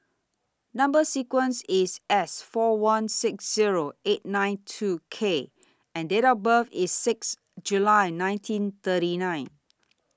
Number sequence IS S four one six Zero eight nine two K and Date of birth IS six July nineteen thirty nine